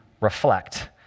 reflect